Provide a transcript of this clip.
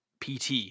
PT